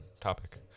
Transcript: topic